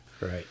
Right